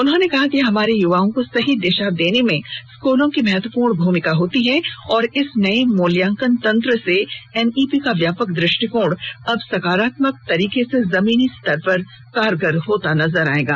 उन्होंने कहा कि हमारे युवाओं को सही दिशा देने में स्कूलों की महत्वपूर्ण भूमिका होती है और इस नए मूल्यांकन तंत्र से एनईपी का व्यापक दृष्टिकोण अब सकारात्मक तरीके से जमीनी स्तर पर कारगर होता नजर आयेगा